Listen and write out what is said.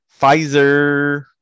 pfizer